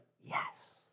yes